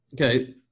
Okay